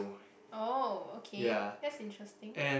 oh okay that's interesting